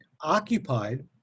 occupied